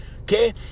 okay